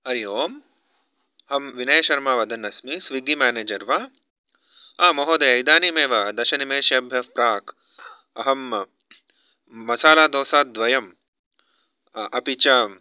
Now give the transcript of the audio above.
हरि ओम् अहं विनयशर्मा वदन् अस्मि स्विग्गी मेनेजर् वा आ महोदय इदानीमेव दशनिमेषभ्यः प्राक् अहं मसालादोसाद्वयम् अपि च